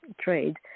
trade –